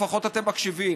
לפחות אתם מקשיבים.